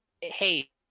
hey